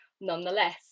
nonetheless